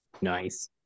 nice